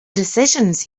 decisions